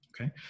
okay